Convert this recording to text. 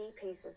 pieces